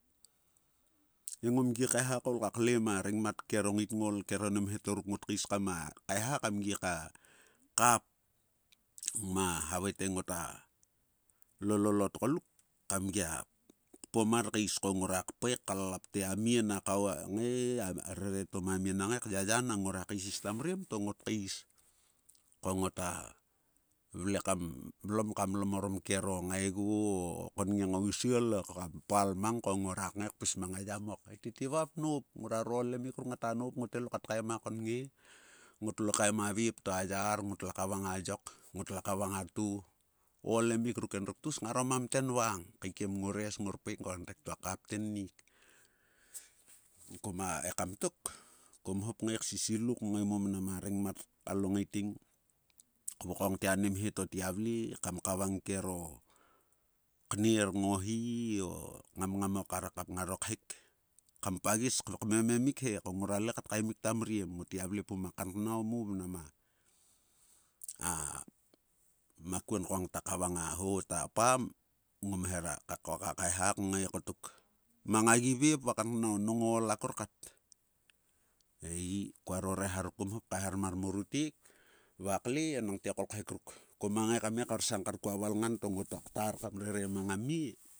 E ngom gi kaeha kaol kaklem arengmat kero ngaitngaol keroni mhetor ruk ngot kais kama kaeha kam gi ka kap, ngma havae te ngota lolol otgoluk kam gia kpom mar kais ko ngora kpae kallap te amie nak kao kngae a rere to ma a mie na ngae yaya nang ngora kaisis tamriem, to ngot kais. Ko ngota vle kam mlom ka mlom orom kero ngaego, o konnge ngo usuol, ekokpal mang ko ngora kngae kpis mang a yamok. He tete vapnoup, ngora ro o olemik ruk ngata noup, ngote lo kat kaem a konnge, ngotlo kaem a veep to ayar, ngotla kavang a yok, ngotla kavang a too, o oolemik ruk endruk tgus ngaro mamten vang. Kaikiem nguotes, nguor paek ko ngtek tua kap tennik. Kama, ekam tok, kom hop ngae sisilu kngae mamnam arengmat kalo ngaiting, vokong te ane mheto tgivle kam kavang kero kner ngo hi o kngamngam o karakap ngaro khek kam pagis kmememik he, ko ngorale kat kaemik tamriem. Ngot gua vle pum a kanknao mo mnama a makuon ko ngta kavang a ho ta apam, ngom hera ka koka kaeha kngae kotok, mang agi veep va a kanknao nang ool akarkat. Eii kuaro reha ruk kom hop kaeharmar morutek, vakle enangthe o kolkhek ruk koma ngae kame korsang kar kua valngan to ngota ktar kam rere mang amie.